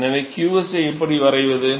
எனவே qs ஐ எப்படி வரையறுப்பது